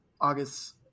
August